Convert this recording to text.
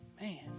Man